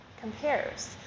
compares